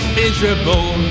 miserable